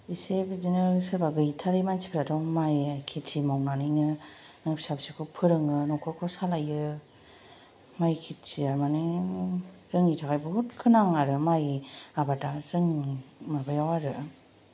एसे बिदिनो सोरबा गैथारै मानसिफ्राथ' माइ खेथि मावनानै फिसा फिसौखौ फोरोङो न'खरखौ सालायो माइ खेथिआ माने जोंनि थाखाय बहुद गोनां आरो आबाद आ जोंनि माबायाव आरो